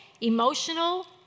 emotional